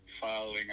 following